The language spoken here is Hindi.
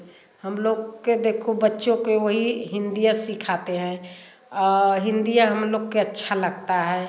हम लोग के देखो बच्चों के वही हिंदी सिखाते हैं हिंदी हम लोग को अच्छा लगता है